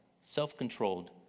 self-controlled